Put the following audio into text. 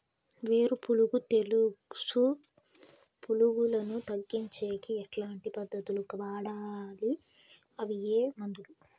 వేరు పులుగు తెలుసు పులుగులను తగ్గించేకి ఎట్లాంటి పద్ధతులు వాడాలి? అవి ఏ మందులు?